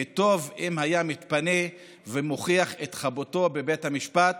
וטוב אם היה מתפנה ומוכיח את חפותו בבית המשפט,